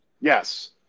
Yes